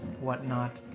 whatnot